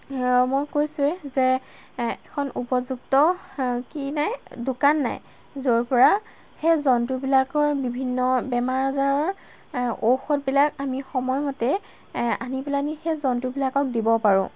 মই কৈছোঁৱে যে এখন উপযুক্ত কি নাই দোকান নাই য'ৰ পৰা সেই জন্তুবিলাকৰ বিভিন্ন বেমাৰ আজাৰৰ ঔষধবিলাক আমি সময়মতে আনি পেলানি সেই জন্তুবিলাকক দিব পাৰোঁ